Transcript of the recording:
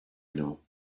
know